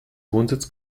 wohnsitz